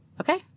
Okay